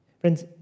Friends